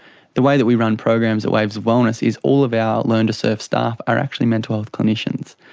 the way that we run programs at waves of wellness is all of our learn-to-surf staff are actually mental health clinicians.